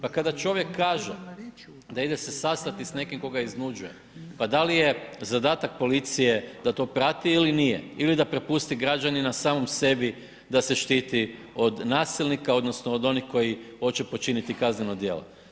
Pa kada čovjek kaže da ide se sastati s nekim ko ga iznuđuje, pa da li je zadatak policije da to prati ili nije, ili da prepusti građanina samom sebi da se štiti od nasilnika odnosno od onih koji oće počiniti kazneno djelo.